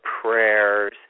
prayers